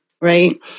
right